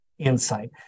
Insight